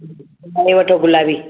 हा हे वठो गुलाबी